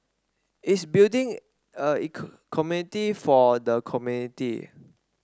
it's building a community for the community